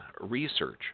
research